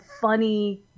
funny